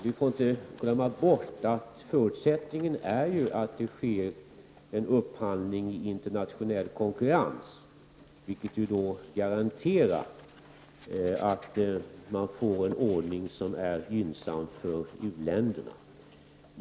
Vi får inte glömma bort att förutsättningen är att det sker en upphandling i internationell konkurrens, vilket garanterar att man får en ordning som är gynnsam för u-länderna.